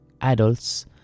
adults